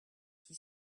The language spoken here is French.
qui